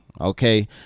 okay